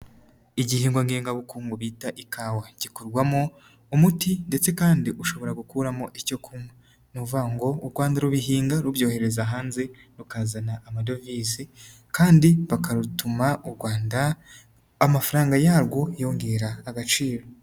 Igihingwa ngengabukungu bita ikawa, gikorwamo umuti ndetse kandi ushobora gukuramo icyo kunywa, ni ukuvuga ngo u Rwanda rubihinga rubyohereza hanze rukazana amadovize kandi bakarutuma u Rwanda amafaranga yarwo yongera agaciro.